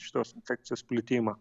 šitos infekcijos plitimą